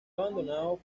abandonado